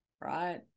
right